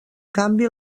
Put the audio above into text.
canvi